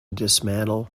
dismantle